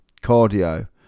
cardio